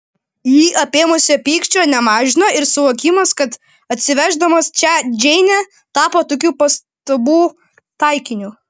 jį apėmusio pykčio nemažino ir suvokimas kad atsiveždamas čia džeinę tapo tokių pastabų taikiniu